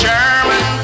German